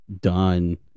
done